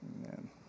Amen